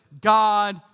God